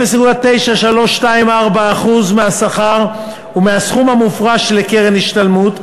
0.9324% מהשכר ומהסכום המופרש לקרן השתלמות,